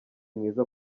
mwiza